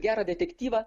gerą detektyvą